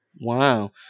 Wow